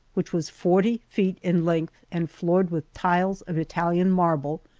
which was forty feet in length and floored with tiles of italian marble,